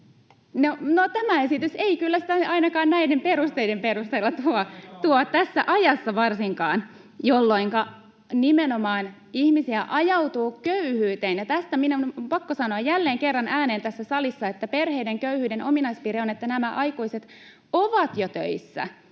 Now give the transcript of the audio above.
sitä kyllä ainakaan näiden perusteiden perusteella tuo, tässä ajassa varsinkaan, jolloinka nimenomaan ihmisiä ajautuu köyhyyteen. — Ja tästä minun on pakko sanoa jälleen kerran ääneen tässä salissa, että perheiden köyhyyden ominaispiirre on, että nämä aikuiset ovat jo töissä.